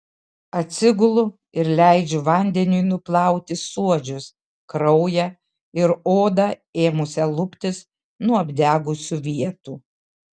atsigulu ir leidžiu vandeniui nuplauti suodžius kraują ir odą ėmusią luptis nuo apdegusių vietų